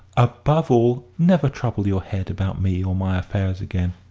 above all, never trouble your head about me or my affairs again!